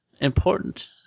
Important